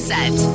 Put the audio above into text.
Set